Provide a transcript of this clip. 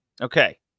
Okay